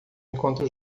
enquanto